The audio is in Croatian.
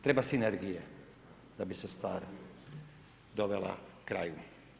Treba sinergije da bi se stvar dovela kraju.